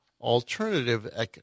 Alternative